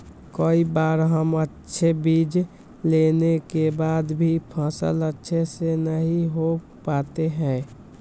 कई बार हम अच्छे बीज लेने के बाद भी फसल अच्छे से नहीं हो पाते हैं?